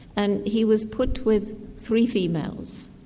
and he was put with three females.